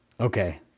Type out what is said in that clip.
Okay